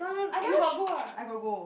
I've never sh~ I got go